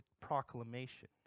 proclamation